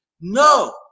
No